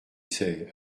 sais